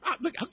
look